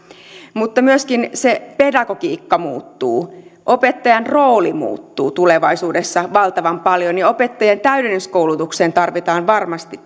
mutta myöskin pedagogiikka muuttuu opettajan rooli muuttuu tulevaisuudessa valtavan paljon ja opettajien täydennyskoulutukseen tarvitaan varmasti